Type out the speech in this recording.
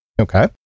Okay